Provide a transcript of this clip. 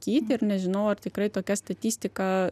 ir nežinau ar tikrai tokia statistika